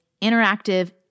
interactive